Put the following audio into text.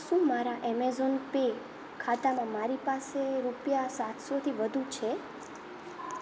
શું મારા Amazon Pay ખાતામાં મારી પાસે રૂપિયા સાતસોથી વધુ છે